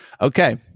Okay